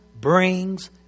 brings